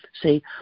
See